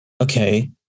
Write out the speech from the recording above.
okay